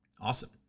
Awesome